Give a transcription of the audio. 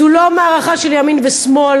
זו לא מערכה של ימין ושמאל,